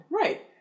right